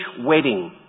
wedding